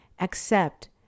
accept